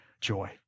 joy